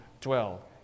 dwell